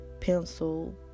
pencil